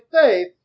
faith